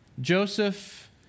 Joseph